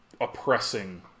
oppressing